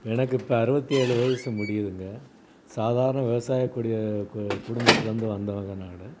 எனக்கு இப்போ அறுவத்தேழு வயசு முடியுதுங்க சாதாரண விவசாயக்கூடிய கு குடும்பத்திலேருந்து வந்தவங்க நான்